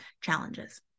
challenges